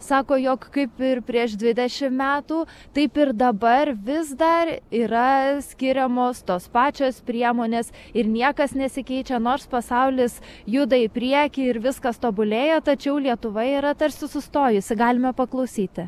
sako jog kaip ir prieš dvidešim metų taip ir dabar vis dar yra skiriamos tos pačios priemonės ir niekas nesikeičia nors pasaulis juda į priekį ir viskas tobulėja tačiau lietuva yra tarsi sustojusi galime paklausyti